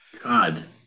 God